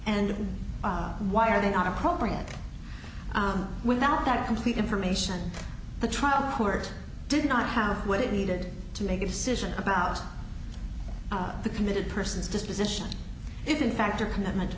and why are they not appropriate without that complete information the trial court did not have what it needed to make a decision about the committed person's disposition if in fact her commitment